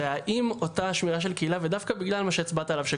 זה האם אותה שמירה של קהילה ודווקא בגלל מה שהצבעת עליו,